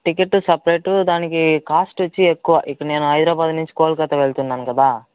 ticket separate దానికి cost వచ్చి ఎక్కువ ఇప్పుడు నేను హైదరాబాద్ నుంచి కోల్కతా వెళ్తున్నాం కదా